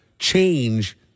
change